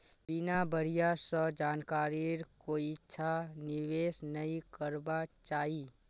बिना बढ़िया स जानकारीर कोइछा निवेश नइ करबा चाई